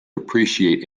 appreciate